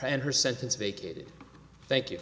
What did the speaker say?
and her sentence vacated thank you